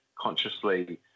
consciously